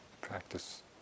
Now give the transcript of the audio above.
practice